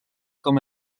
com